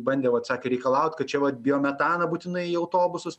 bandė vat sakė reikalaut kad čia vat biometaną būtinai autobusus